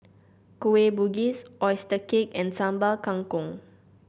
Kueh Bugis oyster cake and Sambal Kangkong